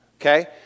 okay